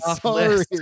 Sorry